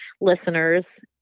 listeners